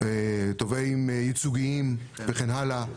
תובעים ייצוגיים וכן הלאה.